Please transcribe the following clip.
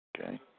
Okay